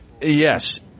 Yes